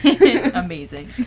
Amazing